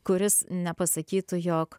kuris nepasakytų jog